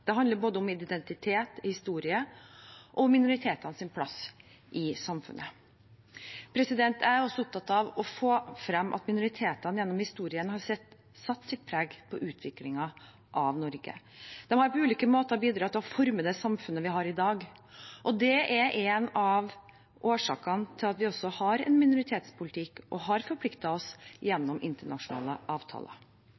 Det handler om både identitet, historie og minoritetenes plass i samfunnet. Jeg er også opptatt av å få fram at minoritetene gjennom historien har satt sitt preg på utviklingen av Norge. De har på ulike måter bidratt til å forme det samfunnet vi har i dag, og det er en av årsakene til at vi også har en minoritetspolitikk og har forpliktet oss